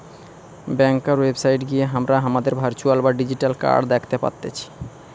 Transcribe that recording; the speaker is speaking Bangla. ব্যাংকার ওয়েবসাইট গিয়ে হামরা হামাদের ভার্চুয়াল বা ডিজিটাল কার্ড দ্যাখতে পারতেছি